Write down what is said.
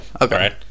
okay